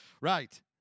right